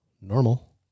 Normal